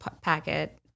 packet